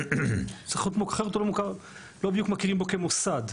אחרת לא בדיוק מכירים בו כמוסד.